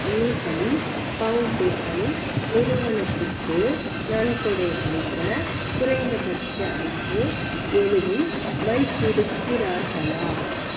ஏகம் foundation நிறுவனத்துக்கு நன்கொடை அளிக்க குறைந்தபட்ச அளவு எதுவும் வைத்திருக்கிறார்களா